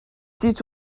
seat